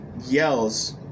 yells